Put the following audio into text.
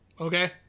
okay